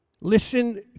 Listen